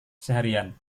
seharian